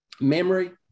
Memory